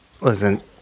listen